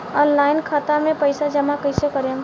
Online खाता मे पईसा जमा कइसे करेम?